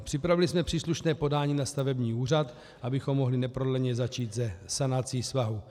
Připravili jsme příslušné podání na stavební úřad, abychom mohli neprodleně začít se sanací svahu.